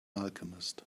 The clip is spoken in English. alchemist